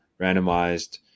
randomized